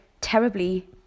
terribly